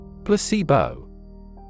Placebo